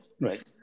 Right